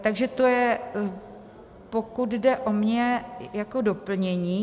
Takže to je, pokud jde o mě, jako doplnění.